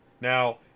Now